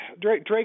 Drake